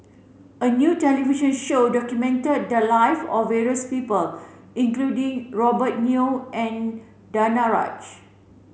a new television show documented the live of various people including Robert Yeo and Danaraj